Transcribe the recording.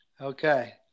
Okay